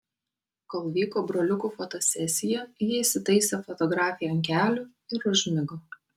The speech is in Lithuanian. kol vyko broliukų fotosesija ji įsitaisė fotografei ant kelių ir užmigo